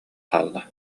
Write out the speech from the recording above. хаалла